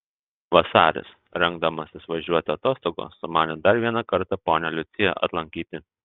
vasaris rengdamasis važiuoti atostogų sumanė dar vieną kartą ponią liuciją atlankyti